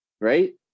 right